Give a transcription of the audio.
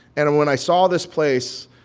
and and when i saw this place,